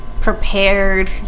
prepared